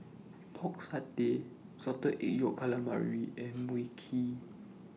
Pork Satay Salted Egg Yolk Calamari and Mui Kee